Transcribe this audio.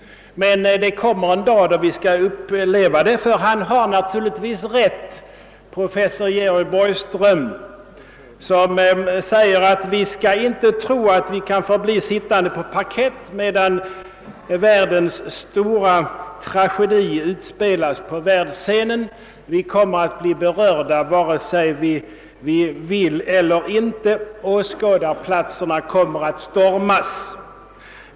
Men det kommer en dag då vi skall uppleva detta, ty professor Georg Borgström har naturligtvis rätt, när han sä ger att vi inte skall tro att vi kan förbli sittande på parkett medan världens stora tragedi utspelas på världsscenen. Vi kommer att bli berörda vare sig vi vill det eller inte — åskådarplatserna kommer att stormas.